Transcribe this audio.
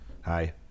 Hi